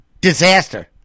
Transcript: disaster